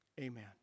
amen